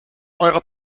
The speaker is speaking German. eurer